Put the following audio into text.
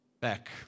back